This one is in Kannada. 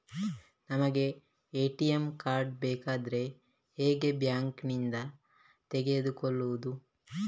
ನಮಗೆ ಎ.ಟಿ.ಎಂ ಕಾರ್ಡ್ ಬೇಕಾದ್ರೆ ಹೇಗೆ ಬ್ಯಾಂಕ್ ನಿಂದ ತೆಗೆದುಕೊಳ್ಳುವುದು?